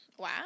Wow